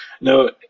No